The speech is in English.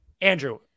Andrew